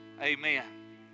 amen